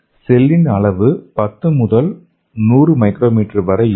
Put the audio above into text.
செல்லின் அளவு 10 முதல் 100 மைக்ரோமீட்டர் வரை இருக்கும்